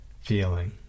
feeling